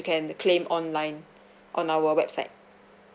can claim online on our website